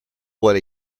what